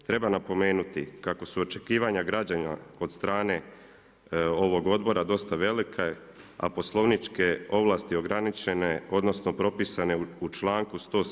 Treba napomenuti kako su očekivanja građana od strane ovog odbora dosta velike, a poslovničke ovlaste ograničene, odnosno, propisane u čl.107.